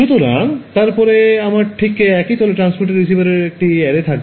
সুতরাং তারপরে আমার ঠিক একই তলে ট্রান্সমিটার রিসিভারের একটি অ্যারে থাকবে